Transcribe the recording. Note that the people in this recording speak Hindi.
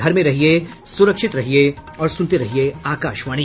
घर में रहिये सुरक्षित रहिये और सुनते रहिये आकाशवाणी